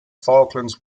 falklands